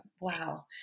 Wow